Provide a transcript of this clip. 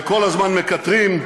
וכל הזמן מקטרים,